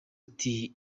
ati